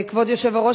כבוד היושב-ראש,